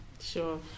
Sure